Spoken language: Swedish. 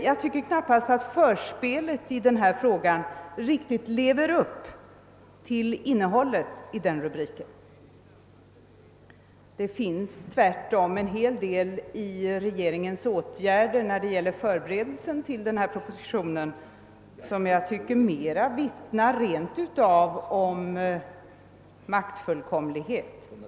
Jag tycker dock knappast att förspelet täcks av den rubriken — en hel del av regeringens förberedande åtgärder vittnar mer om maktfullkomlighet.